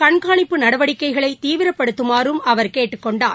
கண்காணிப்பு நடவடிக்கைகளை தீவிரப்படுத்துமாறும் அவர் கேட்டுக் கொண்டார்